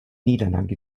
niederlande